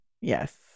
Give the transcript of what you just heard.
Yes